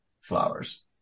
flowers